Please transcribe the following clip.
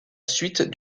suite